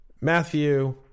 Matthew